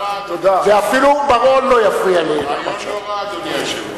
רעיון לא רע, אדוני היושב-ראש.